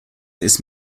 ist